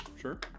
Sure